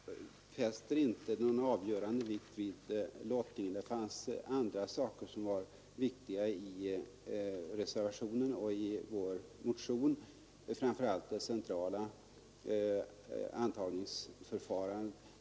Herr talman! Jag fäster inte någon avgörande vikt vid lottningen. Det finns andra saker som är betydligt viktigare i reservationen och i vår motion, framför allt det centrala antagningsförfarandet.